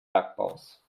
bergbaus